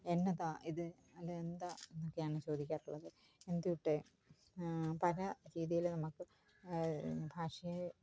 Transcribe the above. എന്നതാ ഇത് അല്ലെ എന്താ എന്നൊക്കെയാണ് ചോദിക്കാറുള്ളത് എന്തൂട്ട് പല രീതിയിൽ നമുക്ക് ഭാഷയെ